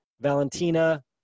Valentina